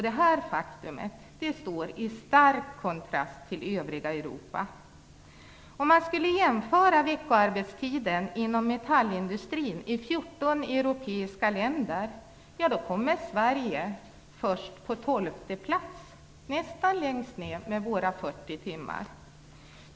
Det står i stark kontrast till utvecklingen i övriga Om man jämför veckoarbetstiden inom metallindustrin i 14 europeiska länder ser man att Sverige kommer först på tolfte plats - nästan längst ned - med våra 40 timmar.